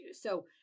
So-